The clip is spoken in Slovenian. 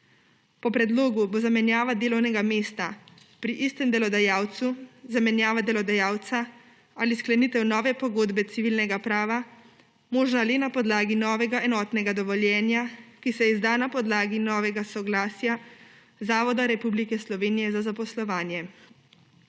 Po predlogu bo zamenjava delovnega mesta pri istem delodajalcu, zamenjava delodajalca ali sklenitev nove pogodbe civilnega prava možna le na podlagi novega enotnega dovoljenja, ki se izda na podlagi novega soglasja zavoda Republike Slovenije za zaposlovanje.